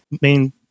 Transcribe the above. main